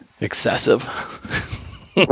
excessive